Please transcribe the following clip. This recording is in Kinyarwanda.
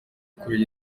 kubera